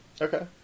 Okay